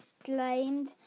exclaimed